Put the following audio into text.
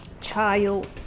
child